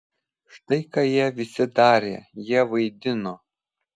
štai ką jie visi darė jie vaidino